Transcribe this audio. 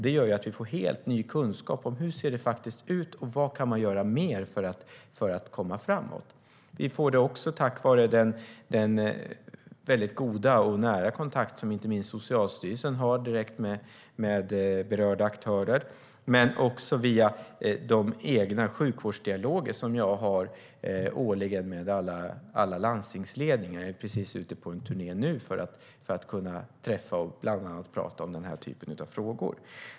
Det gör att vi får helt ny kunskap om hur det faktiskt ser ut och vad mer man kan göra för att komma framåt. Vi får det också tack vare den väldigt goda och nära kontakt som inte minst Socialstyrelsen har direkt med berörda aktörer och också via de egna sjukvårdsdialoger som jag har årligen med alla landstingsledningar. Jag är precis ute på en turné nu för att kunna träffas och bland annat prata om den här typen av frågor.